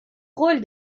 rôle